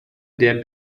der